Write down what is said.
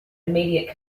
immediate